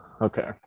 okay